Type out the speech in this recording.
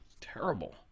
Terrible